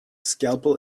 scalpel